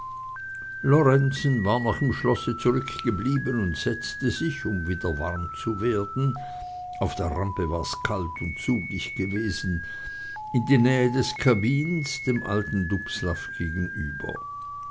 lorenzen war noch im schlosse zurückgeblieben und setzte sich um wieder warm zu werden auf der rampe war's kalt und zugig gewesen in die nähe des kamins dem alten dubslav gegenüber